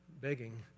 begging